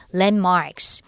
landmarks